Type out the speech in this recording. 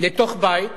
לתוך בית